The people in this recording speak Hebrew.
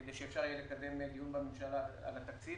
כדי שאפשר יהיה לקדם דיון בממשלה על התקציב.